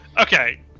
Okay